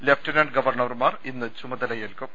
lieutenant ഗവർണർമാർ ഇന്ന് ചുമതലയേൽക്കും